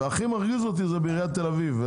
והכי מרגיז אותי זה בעיריית תל אביב.